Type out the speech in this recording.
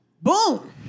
Boom